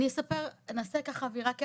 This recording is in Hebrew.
אני אספר, נעשה ככה אווירה כיפית?